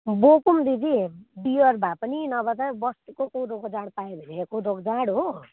बोकौँ दिदी बियर भए पनि नभए चाहिँ बस्तीको कोदोको जाँड पायो भने कोदोको जाँड हो